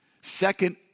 Second